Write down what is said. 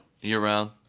year-round